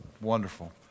Wonderful